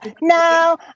No